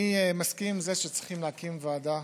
אני מסכים עם זה שצריכים להקים ועדה